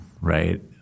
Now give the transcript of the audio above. right